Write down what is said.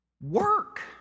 work